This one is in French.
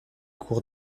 cour